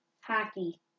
Hockey